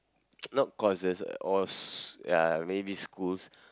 not courses or s~ ya maybe schools